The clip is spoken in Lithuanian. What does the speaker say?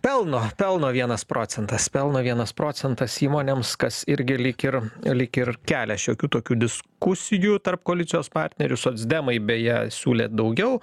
pelno pelno vienas procentas pelno vienas procentas įmonėms kas irgi lyg ir lyg ir kelia šiokių tokių diskusijų tarp koalicijos partnerių socdemai beje siūlė daugiau